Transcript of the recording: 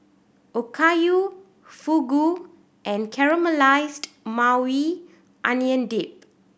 Okayu Fugu and Caramelized Maui Onion Dip